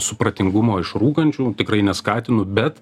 supratingumo iš rūkančių tikrai neskatinu bet